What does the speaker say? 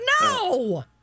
No